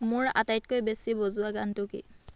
মোৰ আটাইতকৈ বেছি বজোৱা গানটো কি